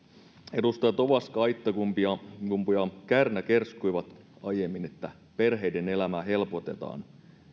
edustajat ovaska aittakumpu ja kärnä kerskuivat aiemmin että perheiden elämää helpotetaan